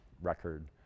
record